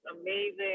amazing